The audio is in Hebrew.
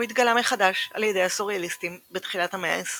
הוא התגלה מחדש על ידי הסוריאליסטים בתחילת המאה ה-20.